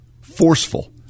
forceful